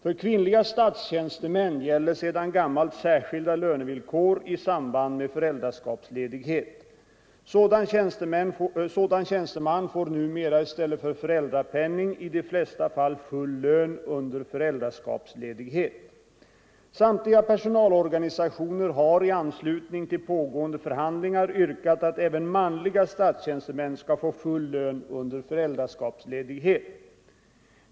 För kvinnliga statstjänstemän gäller sedan gammalt särskilda lönevillkor i samband med föräldraskapsledighet. Sådan tjänsteman får numera i stället för föräldrapenning i de flesta fall full lön under föräldraskapsledighet. Samtliga personalorganisationer har i anslutning till pågående förhandlingar yrkat att även manliga statstjänstemän skall få full lön under föräldraskapsledighet.